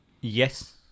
Yes